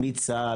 מצה"ל,